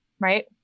right